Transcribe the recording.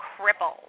crippled